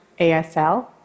ASL